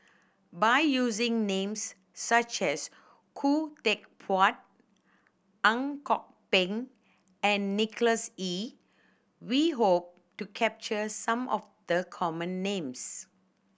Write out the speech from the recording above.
by using names such as Khoo Teck Puat Ang Kok Peng and Nicholas Ee we hope to capture some of the common names